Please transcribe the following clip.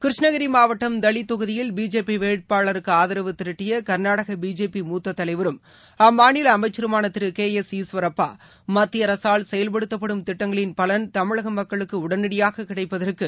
கிருஷ்ணகிரிமாவட்டம் தளிதொகுதியில் பிஜேபிவேட்பாளருக்குஆதரவு திரட்டிய கா்நாடகபிஜேபி மூத்தத் தலைவரும் அம்மாநிலஅமைச்சருமானதிருகே எஸ் ஈஸ்வரப்பா மத்தியஅரசால் செயல்படுத்தப்படும் திட்டங்களின் தமிழகமக்களுக்குஉடனடியாககிடைப்பதற்கு